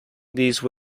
these